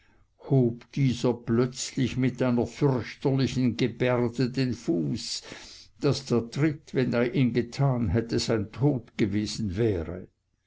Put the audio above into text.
dieser plötzlich mit einer fürchterlichen gebärde den fuß daß der tritt wenn er ihn getan hätte sein tod gewesen wäre